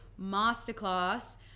masterclass